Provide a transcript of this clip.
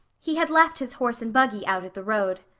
he had left his horse and buggy out at the road.